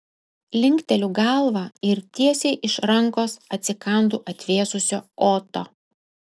linkteliu galvą ir tiesiai iš rankos atsikandu atvėsusio oto